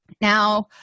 Now